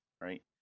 right